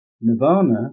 Nirvana